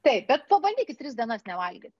taip bet pabandykit tris dienas nevalgyt